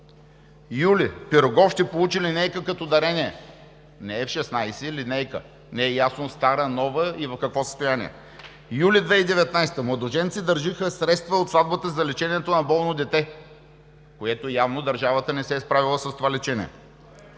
юли: „Пирогов“ ще получи линейка като дарение“, не F-16, а линейка – не е ясно стара, нова и в какво състояние; юли 2019 г.: „Младоженци дариха средства от сватбата си за лечението на болно дете“, като явно държавата не се е справила с това лечение;